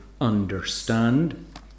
understand